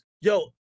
Yo